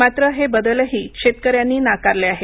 मात्र हे बदलही शेतकऱ्यांनी नाकारले आहे